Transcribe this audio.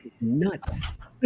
nuts